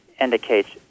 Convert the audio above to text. indicates